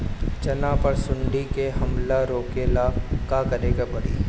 चना पर सुंडी के हमला रोके ला का करे के परी?